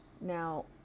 Now